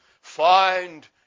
find